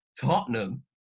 Tottenham